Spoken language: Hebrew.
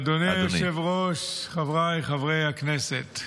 אדוני היושב-ראש, חבריי חברי הכנסת,